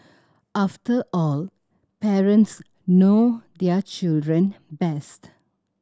after all parents know their children best